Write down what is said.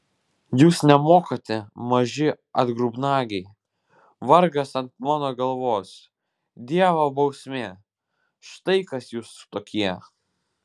jūs nemokate maži atgrubnagiai vargas ant mano galvos dievo bausmė štai kas jūs tokie